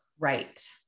Right